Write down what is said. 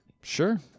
Sure